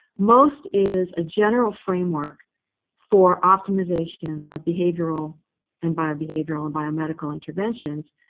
most is a general framework for optimization of behavioral and biobehavioral and biomedical interventions.